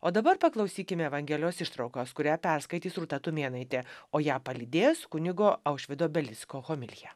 o dabar paklausykime evangelijos ištraukos kurią perskaitys rūta tumėnaitė o ją palydės kunigo aušvydo belicko homilija